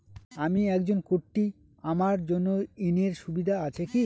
আমি একজন কট্টি আমার জন্য ঋণের সুবিধা আছে কি?